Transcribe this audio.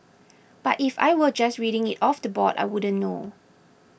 but if I were just reading it off the board I wouldn't know